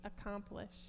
accomplished